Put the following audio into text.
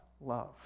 love